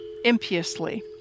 impiously